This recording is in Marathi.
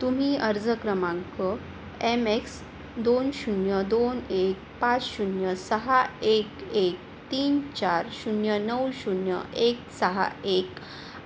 तुम्ही अर्ज क्रमांक एम एक्स दोन शून्य दोन एक पाच शून्य सहा एक एक तीन चार शून्य नऊ शून्य एक सहा एक